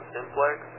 Simplex